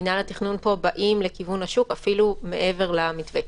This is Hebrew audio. מינהל התכנון פה באים לכיוון השוק אפילו מעבר למתווה.